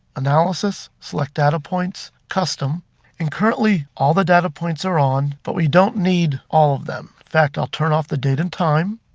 analysis, select data points, custom and currently all the data points are on, but we don't need all of them. in fact, i'll turn off the date and time.